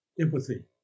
empathy